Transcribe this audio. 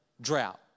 drought